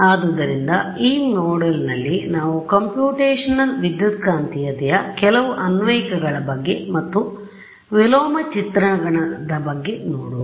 ಆದ್ದರಿಂದ ಈ ಮಾಡ್ಯೂಲ್ನಲ್ಲಿ ನಾವು ಕಂಪ್ಯೂಟೇಶನಲ್ ವಿದ್ಯುತ್ಕಾಂತೀಯತೆಯಕೆಲವು ಅನ್ವಯಿಕೆಗಳ ಬಗ್ಗೆ ಮತ್ತು ವಿಲೋಮ ಚಿತ್ರಣ ದ ಬಗ್ಗೆ ನೋಡುವ